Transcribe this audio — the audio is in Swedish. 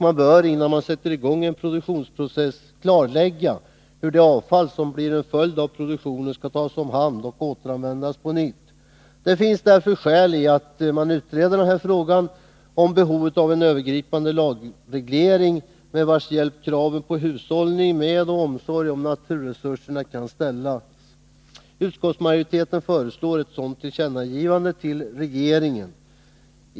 Man bör, innan man sätter i gång en produktionsprocess, klarlägga hur det avfall som blir en följd av produktionen skall tas om hand och återanvändas på nytt. Det finns därför skäl att utreda frågan om behovet av en övergripande lagreglering med vars hjälp kraven på hushållning med och omsorg om naturresurserna kan ställas. Utskottsmajoriteten föreslår ett sådant tillkännagivande till regeringen.